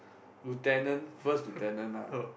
lieutenant first lieutenant